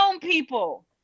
people